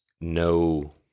no